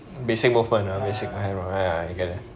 basic movement ah basic hand ya I get it